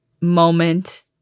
moment